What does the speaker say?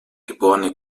geborene